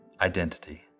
identity